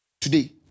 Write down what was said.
Today